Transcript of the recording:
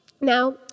Now